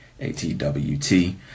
ATWT